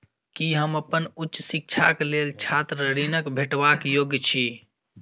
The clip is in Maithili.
की हम अप्पन उच्च शिक्षाक लेल छात्र ऋणक भेटबाक योग्य छी?